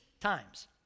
times